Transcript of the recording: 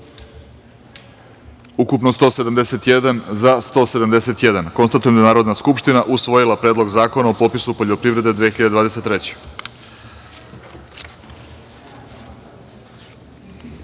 ukupno – 171, za – 171.Konstatujem da je Narodna skupština usvojila Predlog zakona o popisu poljoprivrede